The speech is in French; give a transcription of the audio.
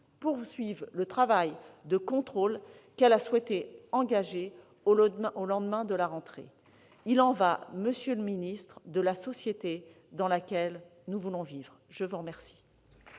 poursuive le travail de contrôle qu'elle a souhaité engager au lendemain de la rentrée. Il y va, monsieur le secrétaire d'État, de la société dans laquelle nous voulons vivre. La parole